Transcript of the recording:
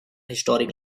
historic